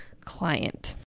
client